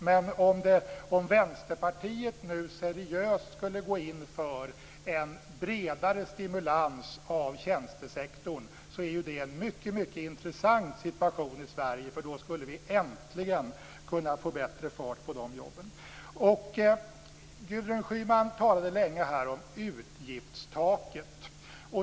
Men om Vänsterpartiet nu seriöst skulle gå in för en bredare stimulans av tjänstesektorn är det en mycket intressant situation i Sverige, för då skulle vi äntligen kunna få bättre fart på de jobben. Gudrun Schyman talade länge om utgiftstaket.